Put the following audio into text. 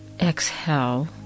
exhale